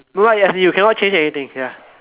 but what yes you cannot change anything ya